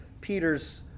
Peter's